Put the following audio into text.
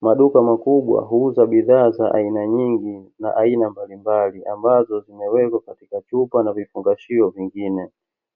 Maduka makubwa huuza bidhaa za aina nyingi na aina mbalimbali, ambazo zimewekwa katika chupa na vifungashio vingine.